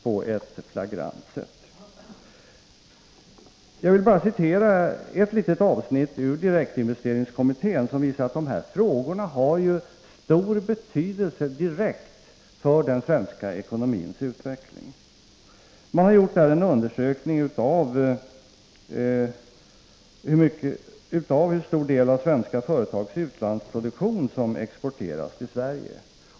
Låt mig hänvisa till ett avsnitt ur direktinvesteringskommittén, som visar att dessa frågor har stor och omedelbar betydelse för den svenska ekonomins utveckling. Kommittén har undersökt hur stor del av de svenska företagens utlandsproduktion som exporteras till Sverige.